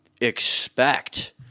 expect